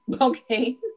Okay